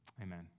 amen